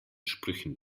sprüchen